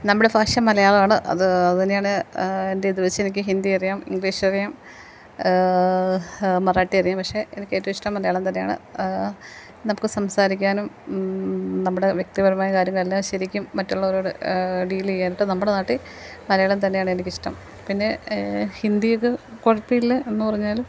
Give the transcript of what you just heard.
നമ്മുടെ ഭാഷ മലയാളമാണ് അത് അതിനെയാണ് എന്റെ ഇത് വെച്ചെനിക്ക് ഹിന്ദിയറിയാം ഇംഗ്ലീഷ് അറിയാം മറാഠി യറിയാം പക്ഷേ എനിക്ക് ഏറ്റവും ഇഷ്ടം മലയാളം തന്നെയാണ് നമുക്ക് സംസാരിക്കാനും നമ്മുടെ വ്യക്തിപരമായ കാര്യങ്ങളെല്ലാം ശരിക്കും മറ്റുള്ളവരോട് ഡീൽ ചെയ്യാനായിട്ട് നമ്മുടെ നാട്ടിൽ മലയാളം തന്നെയാണ് എനിക്കിഷ്ടം പിന്നെ ഹിന്ദിയൊക്കെ കുഴപ്പമില്ല എന്നുപറഞ്ഞാലും